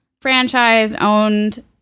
franchise-owned